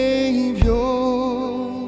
Savior